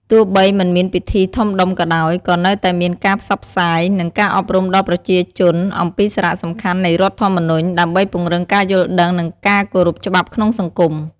ទោះបីមិនមានពិធីធំដុំក៏ដោយ ក៏នៅតែមានការផ្សព្វផ្សាយ និងការអប់រំដល់ប្រជាជនអំពីសារៈសំខាន់នៃរដ្ឋធម្មនុញ្ញ ដើម្បីពង្រឹងការយល់ដឹង និងការគោរពច្បាប់ក្នុងសង្គម។